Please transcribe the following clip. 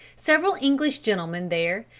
several english gentlemen there,